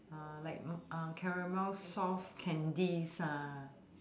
uh like mm uh caramel soft candies ah